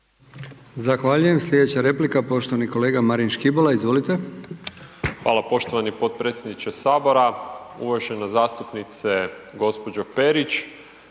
Zahvaljujem. Slijedeća replika poštovani kolega Marin Škibola. **Škibola, Marin (Nezavisni)** Hvala poštovani potpredsjedniče sabora. Uvažena zastupnice gospođo Perić,